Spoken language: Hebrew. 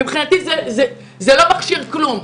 מבחינתי זה לא מכשיר כלום.